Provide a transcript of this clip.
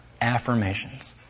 affirmations